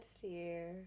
fear